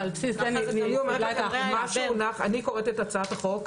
אני קוראת את הצעת החוק.